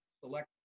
select